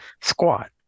squat